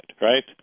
right